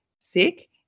sick